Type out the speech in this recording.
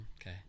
Okay